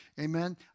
Amen